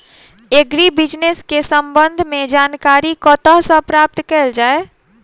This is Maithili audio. एग्री बिजनेस केँ संबंध मे जानकारी कतह सऽ प्राप्त कैल जाए?